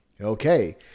Okay